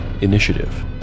Initiative